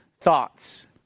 thoughts